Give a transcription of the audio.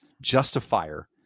justifier